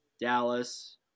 Dallas